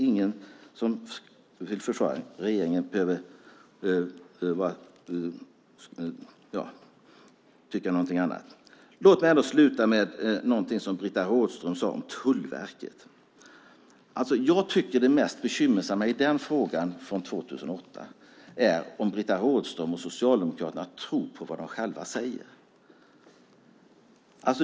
Ingen som vill försvara regeringen behöver tycka något annat. Låt mig avslutningsvis ta upp något som Britta Rådström sade om Tullverket. Jag tycker att det mest bekymmersamma med den frågan från 2008 är om Britta Rådström och Socialdemokraterna tror på vad de själva säger.